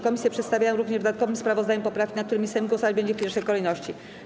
Komisje przedstawiają również w dodatkowym sprawozdaniu poprawki, nad którymi Sejm głosować będzie w pierwszej kolejności.